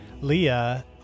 Leah